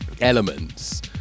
elements